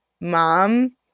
mom